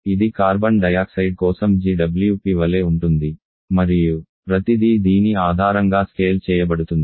ఇది carbon dioxide కోసం GWP వలె ఉంటుంది మరియు ప్రతిదీ దీని ఆధారంగా స్కేల్ చేయబడుతుంది